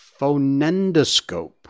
phonendoscope